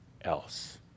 else